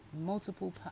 multiple